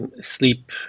sleep